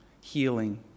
healing